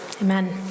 Amen